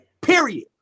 period